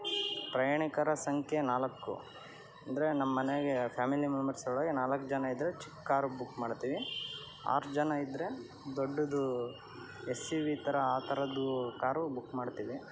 ಪ್ರಯಾಣಿಕರ ಸಂಖ್ಯೆ ನಾಲ್ಕು ಅಂದರೆ ನಮ್ಮ ಮನೆಗೆ ಫ್ಯಾಮಿಲಿ ಮೆಂಬರ್ಸೊಳಗೆ ನಾಲ್ಕು ಜನ ಇದ್ರೆ ಚಿಕ್ಕ ಕಾರ್ ಬುಕ್ ಮಾಡ್ತೀವಿ ಆರು ಜನ ಇದ್ರೆ ದೊಡ್ಡದು ಎಸ್ ಇ ವಿ ಥರ ಆ ಥರದ್ದು ಕಾರು ಬುಕ್ ಮಾಡ್ತೀವಿ